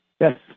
Yes